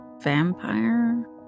vampire